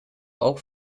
auch